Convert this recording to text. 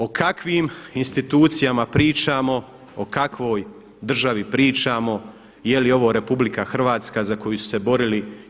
O kakvim institucijama pričamo, o kakvoj državi pričamo, je li ovo Republika Hrvatska za koju su se borili.